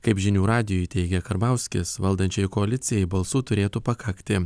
kaip žinių radijui teigė karbauskis valdančiajai koalicijai balsų turėtų pakakti